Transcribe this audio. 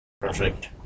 Perfect